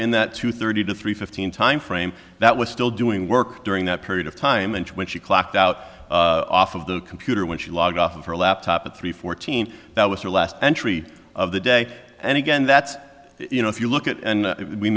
in that two thirty to three fifteen timeframe that was still doing work during that period of time and when she clocked out off of the computer when she logged off of her laptop at three fourteen that was her last entry of the day and again that's you know if you look at and we